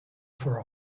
for